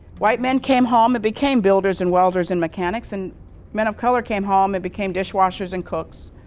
white men came home and became builders and welders and mechanics, and men of color came home and became dishwashers and cooks.